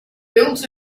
built